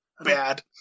bad